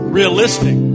realistic